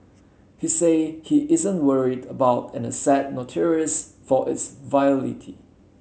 he say he isn't worried about an asset notorious for its volatility